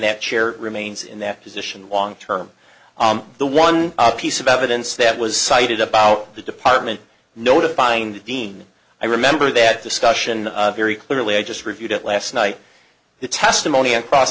that chair remains in that position long term the one piece of evidence that was cited about the department notifying the dean i remember that discussion very clearly i just reviewed it last night the testimony and cross